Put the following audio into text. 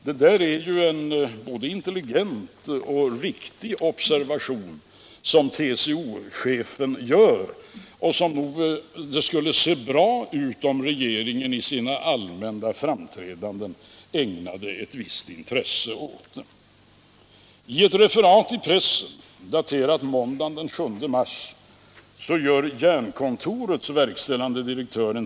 Det är en både intelligent och riktig observation som TCO-chefen gör, och det skulle se bra ut om regeringen i sina allmänna framträdanden ägnade ett visst intresse åt den. I ett referat i pressen, daterat måndagen den 7 mars, återges en TT intervju med Jernkontorets verkställande direktör.